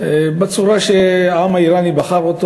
בצורה שהעם האיראני בחר אותו,